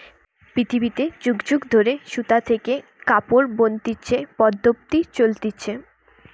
পৃথিবীতে যুগ যুগ ধরে সুতা থেকে কাপড় বনতিছে পদ্ধপ্তি চলতিছে